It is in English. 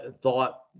thought